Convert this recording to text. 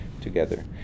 together